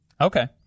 okay